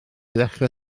ddechrau